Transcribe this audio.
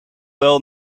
wel